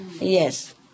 Yes